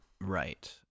Right